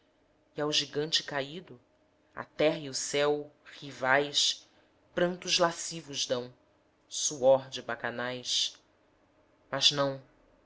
ao gigante caído a terra e o céu rivais prantos lascivos dão suor de bacanais mas não